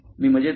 मी मजेत आहे